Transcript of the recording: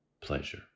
pleasure